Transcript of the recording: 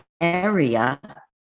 area